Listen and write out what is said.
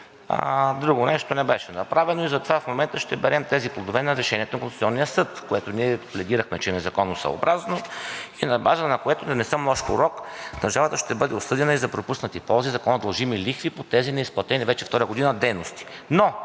Друго нещо не беше направено и затова в момента ще берем тези плодове на решението на Конституционния съд, което ние пледирахме, че е незаконосъобразно и на база на което, да не съм лош пророк, държавата ще бъде осъдена и за пропуснати ползи, за които дължим лихви по тези неизплатени вече втора година дейности.